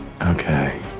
Okay